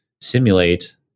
simulate